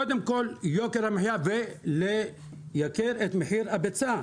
קודם כל יוקר המחיה בלייקר את מחיר הביצה,